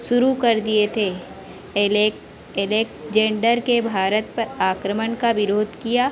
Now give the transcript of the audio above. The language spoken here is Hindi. शुरू कर दिए थे एलेकजेंडर के भारत पर आक्रमण का विरोध किया